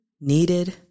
needed